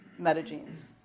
metagenes